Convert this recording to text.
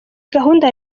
gahunda